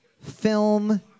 film